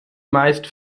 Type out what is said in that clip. meist